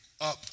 up